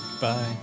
Bye